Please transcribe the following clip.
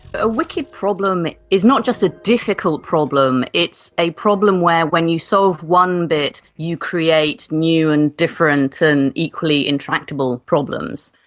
a wicked problem is not just a difficult problem, it's a problem where when you solved so one bit you create new and different and equally intractable problems.